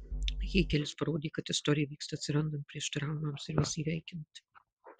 hėgelis parodė kad istorija vyksta atsirandant prieštaravimams ir juos įveikiant